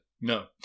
No